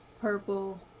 purple